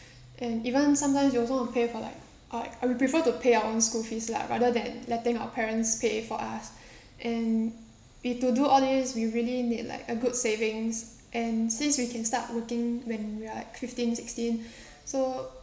and even sometimes you also want pay for like uh I would prefer to pay our own school fees lah rather than letting our parents pay for us and we to do all these we really need like a good savings and since we can start working when we are like fifteen sixteen so